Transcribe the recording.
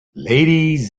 ladies